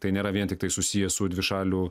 tai nėra vien tiktai susiję su dvišalių